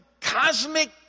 cosmic